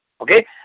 Okay